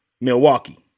Milwaukee